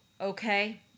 okay